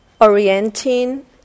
orienting